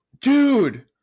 Dude